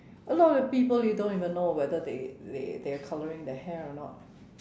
a lot of people you don't even know whether they they they are colouring their hair or not